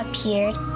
appeared